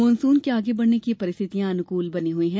monsoon के आगे बढ़ने की परिस्थितियां अनुकूल बनी हुई हैं